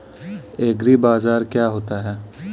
एग्रीबाजार क्या होता है?